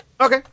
Okay